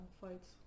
fights